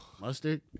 Mustard